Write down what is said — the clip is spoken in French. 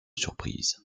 surprise